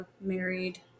married